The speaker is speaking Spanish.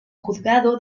juzgado